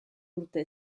urte